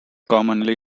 commonly